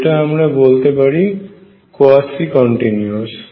যেটা আমরা বলতে পারি কোয়াসি কন্টিনিউয়াস